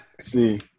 See